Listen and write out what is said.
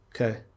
Okay